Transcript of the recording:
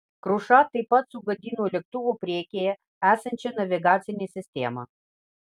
kruša taip pat sugadino lėktuvo priekyje esančią navigacinę sistemą